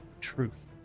truth